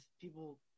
people